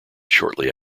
shortly